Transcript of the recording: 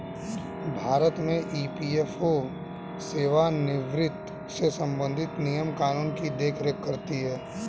भारत में ई.पी.एफ.ओ सेवानिवृत्त से संबंधित नियम कानून की देख रेख करती हैं